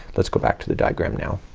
let's go back to the diagram now.